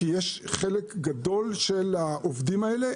כי יש חלק גדול של העובדים האלה,